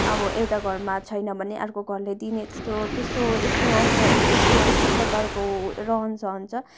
अब एउटा घरमा छैन भने अर्को घरले दिने त्यस्तो त्यस्तो यस्तो असर यस्तो यस्तो प्रकारको रहन सहन छ